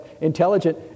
intelligent